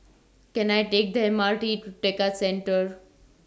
Can I Take The M R T to Tekka Centre